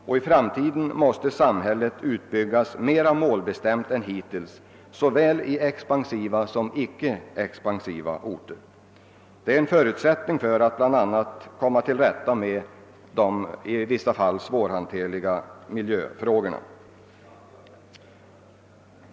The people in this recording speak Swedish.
I framtiden måste samhället byggas ut mera målbestämt än hittills såväl i expansiva som i icke expansiva orter. Det är en förutsättning för att bl.a. komma till rätta med de i vissa fall så svårhanterliga miljöfrågorna.